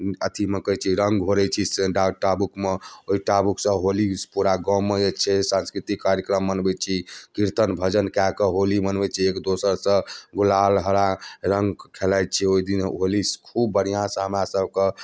अथीमे कहैत छियै रङ्ग घोरैत छी से डाटा बुकमे ओहिटा बुकसँ होली पूरा गावँमे जे छै सांस्कृतिक कार्यक्रम मनबैत छी किर्तन भजन कए कऽ होली मनबैत छी एकदोसरसँ गुलाल हरा रङ्क खेलाइत छी ओहि दिन होली खूब बढ़िआँसँ हमरा सबकेँ